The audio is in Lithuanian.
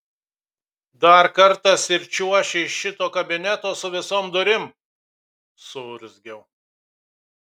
dar kartas ir čiuoši iš šito kabineto su visom durim suurzgiau